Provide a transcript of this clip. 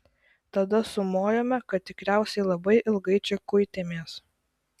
tada sumojome kad tikriausiai labai ilgai čia kuitėmės